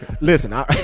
Listen